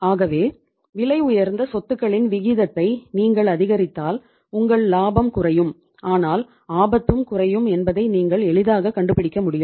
ஆகவே விலையுயர்ந்த சொத்துகளின் விகிதத்தை நீங்கள் அதிகரித்தால் உங்கள் லாபம் குறையும் ஆனால் ஆபத்தும் குறையும் என்பதை நீங்கள் எளிதாக கண்டுபிடிக்க முடியும்